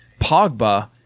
pogba